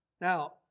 Now